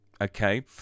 okay